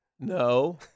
No